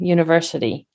University